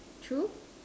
true